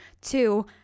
Two